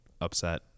upset